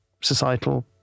societal